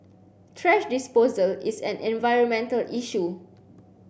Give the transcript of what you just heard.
thrash disposal is an environmental issue